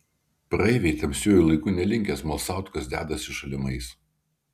praeiviai tamsiuoju laiku nelinkę smalsaut kas dedasi šalimais